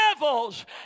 devils